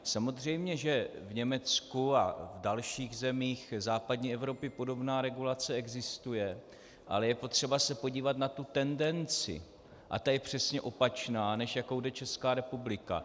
Samozřejmě že v Německu a dalších zemích západní Evropy podobná regulace existuje, ale je potřeba se podívat na tu tendenci a ta je přesně opačná, než jakou jde Česká republika.